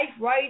right